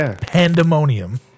pandemonium